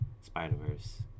Spider-Verse